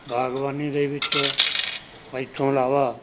ਬਾਗਬਾਨੀ ਦੇ ਵਿੱਚ ਮੇਰੇ ਤੋਂ ਇਲਾਵਾ